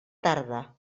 tarda